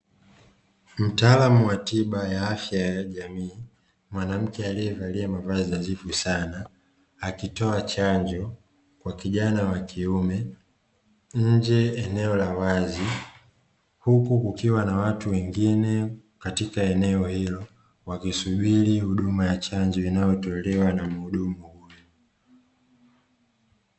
Mtaalamu wa tiba ya afya ya jamii, mwanamke aliyevalia mavazi nadhifu sana, akitoa chanjo kwa kijana wa kiume nje eneo la wazi, huku kukiwa na watu wengine katika eneo hilo wakisubiri huduma ya chanjo inayotolewa na mhudumu huyo.